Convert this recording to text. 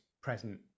present